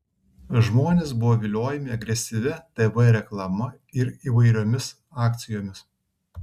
žmonės buvo viliojami agresyvia tv reklama ir įvairiomis akcijomis